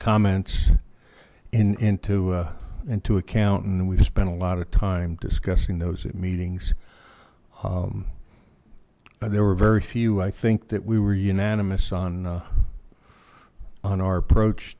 comments in into into account and we've spent a lot of time discussing those at meetings there were very few i think that we were unanimous on on our approach